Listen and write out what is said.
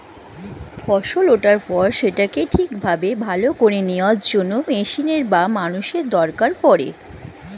ফসল ওঠার পর সেটাকে ঠিকভাবে ভাগ করে নেওয়ার জন্য মেশিনের বা মানুষের দরকার পড়ে